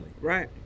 right